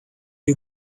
you